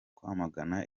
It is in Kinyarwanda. kwamagana